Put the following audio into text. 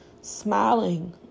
smiling